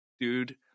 dude